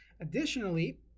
Additionally